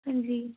ਹਾਂਜੀ